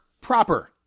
Proper